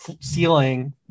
ceiling